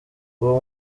uwo